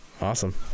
Awesome